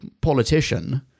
politician